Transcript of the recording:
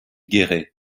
guéret